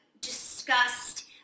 discussed